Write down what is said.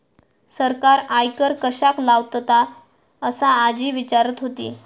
सरकार आयकर कश्याक लावतता? असा आजी विचारत होती